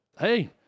Hey